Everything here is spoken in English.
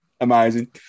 amazing